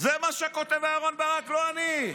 זה מה שכותב אהרן ברק, לא אני.